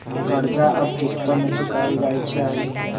कर्जा अब किश्तो में चुकाएल जाई छई